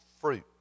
fruit